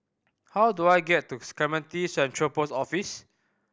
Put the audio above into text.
how do I get to Clementi Central Post Office